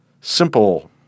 simple